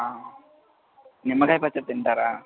నిమ్మకాయ పచ్చడి తింటారా